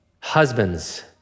Husbands